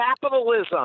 capitalism